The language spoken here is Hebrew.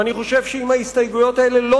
ואני חושב שאם ההסתייגויות האלה לא